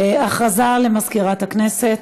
הודעה למזכירת הכנסת.